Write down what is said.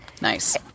Nice